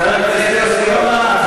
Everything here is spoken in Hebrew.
חבר הכנסת יוסי יונה.